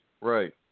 Right